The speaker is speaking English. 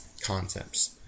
concepts